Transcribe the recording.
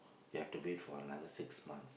you have to wait for another six months